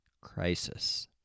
crisis